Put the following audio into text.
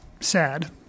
sad